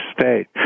state